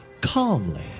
calmly